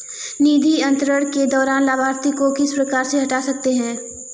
निधि अंतरण के दौरान लाभार्थी को किस प्रकार से हटा सकते हैं?